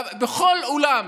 בכל אולם,